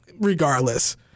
regardless